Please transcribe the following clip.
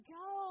go